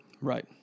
Right